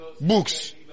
books